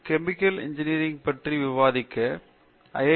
chemical engineering பற்றி விவாதிக்க ஐ